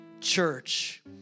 church